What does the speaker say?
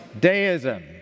deism